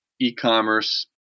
e-commerce